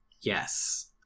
yes